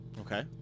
Okay